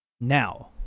Now